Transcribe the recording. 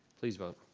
please vote.